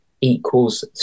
equals